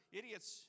idiots